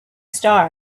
star